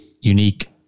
unique